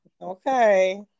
Okay